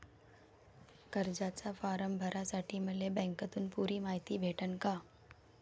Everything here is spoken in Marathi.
कर्जाचा फारम भरासाठी मले बँकेतून पुरी मायती भेटन का?